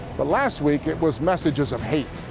but last week, it was messages of hate.